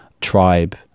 tribe